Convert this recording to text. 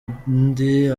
ubundi